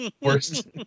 worst